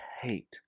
hate